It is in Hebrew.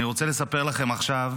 אני רוצה לספר לכם עכשיו